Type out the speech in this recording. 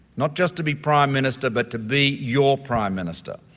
not just to be prime minister, but to be your prime minister,